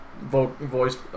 voice